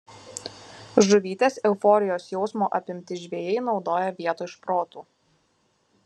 žuvytės euforijos jausmo apimti žvejai naudoja vietoj šprotų